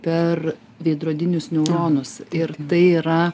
per veidrodinius neuronus ir tai yra